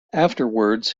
afterwards